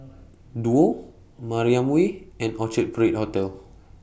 Duo Mariam Way and Orchard Parade Hotel